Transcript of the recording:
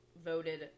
voted